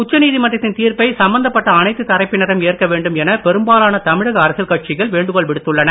உச்சநீதிமன்றத்தின் தீர்ப்பை சம்பந்தப்பட்ட அனைத்து தரப்பினரும் ஏற்க வேண்டும் என பெரும்பாலான தமிழக அரசியல் கட்சிகள் வேண்டுகோள் விடுத்துள்ளன